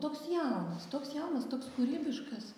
toks jaunas toks jaunas toks kūrybiškas